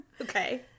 Okay